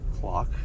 clock